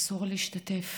אסור להשתתף,